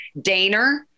Daner